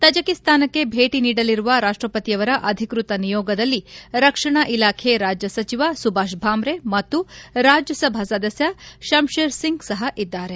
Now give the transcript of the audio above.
ತಜಕಿಸ್ತಾನಕ್ಕೆ ಭೇಟ ನೀಡಲಿರುವ ರಾಷ್ಷಪತಿಯವರ ಅಧಿಕೃತ ನಿಯೋಗದಲ್ಲಿ ರಕ್ಷಣಾ ಇಲಾಖೆ ರಾಜ್ಯ ಸಚಿವ ಸುಭಾಷ್ ಭಾಮ್ರೆ ಮತ್ತು ರಾಜ್ಯ ಸಭಾ ಸದಸ್ತ ಶಮ್ವೇರ್ ಸಿಂಗ್ ಸಹ ಇದ್ದಾರೆ